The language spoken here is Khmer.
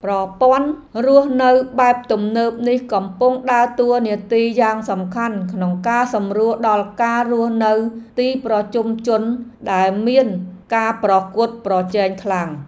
ប្រព័ន្ធរស់នៅបែបទំនើបនេះកំពុងដើរតួនាទីយ៉ាងសំខាន់ក្នុងការសម្រួលដល់ការរស់នៅទីប្រជុំជនដែលមានការប្រកួតប្រជែងខ្លាំង។